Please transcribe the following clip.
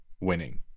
winning